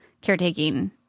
caretaking